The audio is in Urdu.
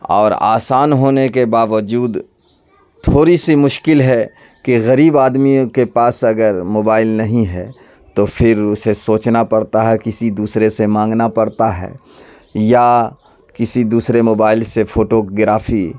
اور آسان ہونے کے باوجود تھوڑی سی مشکل ہے کہ غریب آدمیوں کے پاس اگر موبائل نہیں ہے تو پھر اسے سوچنا پڑتا ہے کسی دوسرے سے مانگنا پڑتا ہے یا کسی دوسرے موبائل سے فوٹوگرافی